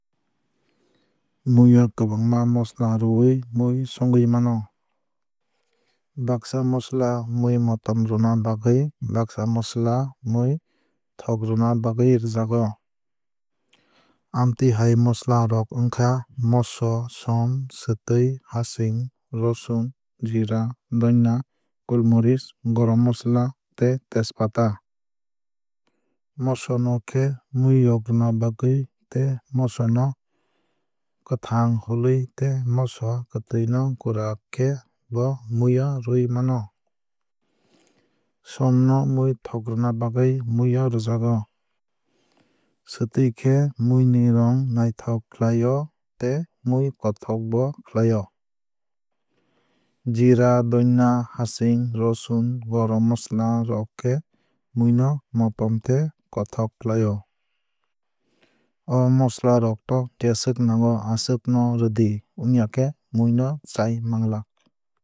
Mui o kwbangma mosola riwui mui songwui mano. Baksa mosola mui motom rwna bagwui baksa mosola mui thokrwna bagwui rwnajago. Amtwui hai mosola rok wngkha moso som swtui hacching rosun jeera doina gul morich gorom mosola tei tejpata. Moso no khe mui yokrwna bagwui tei moso no kwthang hului tei moso kwthaui no gura khe bo mui o rwio mano. Som no mui thokrwna bagwui mui o rwjago. Swtwui khe mui ni rong naithok khlai o tei mui kothok bo khlai o. Jeera doina haching rosung gorom mosola rok khe mui no motom tei kothok khlai o. O mosola rok no jeswk nango aswk no rwdi wngya khe mui no chai mangwlak.